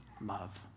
love